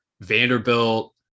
Vanderbilt